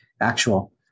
actual